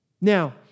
Now